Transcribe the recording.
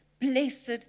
blessed